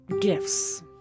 gifts